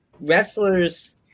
wrestlers